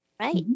right